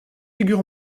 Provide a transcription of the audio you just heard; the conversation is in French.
figure